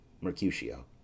Mercutio